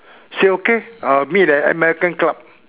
say okay I'll meet at American club